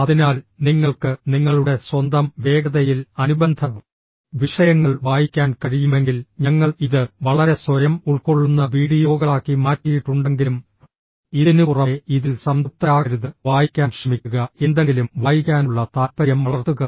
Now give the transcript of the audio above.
അതിനാൽ നിങ്ങൾക്ക് നിങ്ങളുടെ സ്വന്തം വേഗതയിൽ അനുബന്ധ വിഷയങ്ങൾ വായിക്കാൻ കഴിയുമെങ്കിൽ ഞങ്ങൾ ഇത് വളരെ സ്വയം ഉൾക്കൊള്ളുന്ന വീഡിയോകളാക്കി മാറ്റിയിട്ടുണ്ടെങ്കിലും ഇതിനുപുറമെ ഇതിൽ സംതൃപ്തരാകരുത് വായിക്കാൻ ശ്രമിക്കുക എന്തെങ്കിലും വായിക്കാനുള്ള താൽപ്പര്യം വളർത്തുക